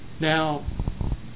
Now